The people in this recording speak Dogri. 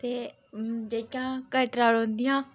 ते जेह्कियां कटरा रौंह्दियां